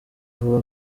vuba